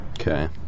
Okay